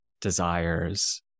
desires